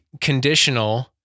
conditional